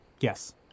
Yes